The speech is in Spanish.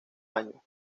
año